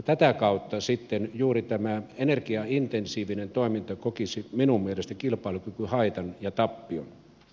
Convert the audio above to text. tätä kautta sitten juuri tämä energiaintensiivinen toiminta kokisi minun mielestäni kilpailukykyhaitan ja tappion